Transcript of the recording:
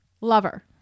lover